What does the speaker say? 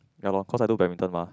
ya loh cause I do badminton mah